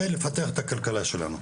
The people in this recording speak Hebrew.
ולפתח את הכלכלה שלנו.